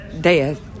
death